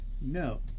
No